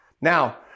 Now